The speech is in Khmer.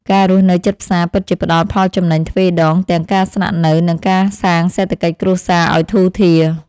ការរស់នៅជិតផ្សារពិតជាផ្តល់ផលចំណេញទ្វេដងទាំងការស្នាក់នៅនិងការសាងសេដ្ឋកិច្ចគ្រួសារឱ្យធូរធារ។